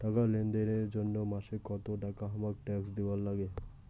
টাকা লেনদেন এর জইন্যে মাসে কত টাকা হামাক ট্যাক্স দিবার নাগে?